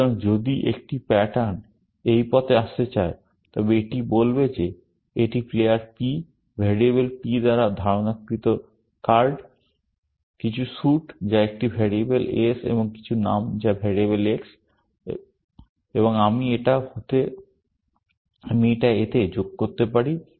সুতরাং যদি একটি প্যাটার্ন এই পথে আসতে চায় তবে এটি বলবে যে এটি প্লেয়ার P ভেরিয়েবল P দ্বারা ধারণকৃত কার্ড কিছু স্যুট যা একটি ভ্যারিয়েবল S এবং কিছু নাম যা ভ্যারিয়েবল X এবং আমি এটা এতে যোগ করতে পারি